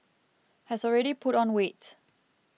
has already put on weight